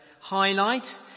Highlight